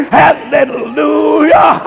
hallelujah